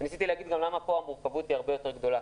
וניסיתי להסביר לו למה כאן המורכבות הרבה יותר גדולה.